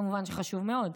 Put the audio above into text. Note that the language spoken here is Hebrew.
כמובן שחשוב מאוד,